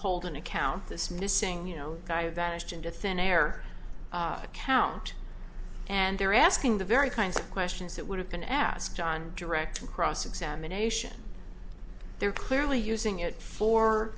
holden account this missing you know guy that is just a thin air account and they're asking the very kinds of questions that would have been asked on direct cross examination they're clearly using it for